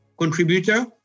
contributor